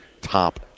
top